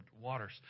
waters